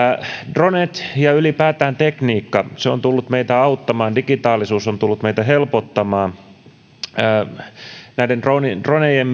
dronet ja ylipäätään tekniikka on tullut meitä auttamaan digitaalisuus on tullut meitä helpottamaan näiden dronejen dronejen